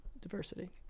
Diversity